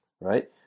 right